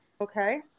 Okay